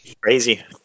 Crazy